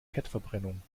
fettverbrennung